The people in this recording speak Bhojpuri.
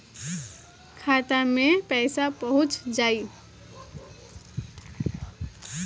खाता मे पईसा पहुंच जाई